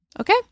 Okay